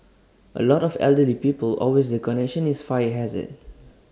A lot of elderly people always the connection is fire hazard